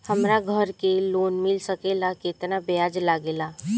हमरा घर के लोन मिल सकेला केतना ब्याज लागेला?